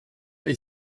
est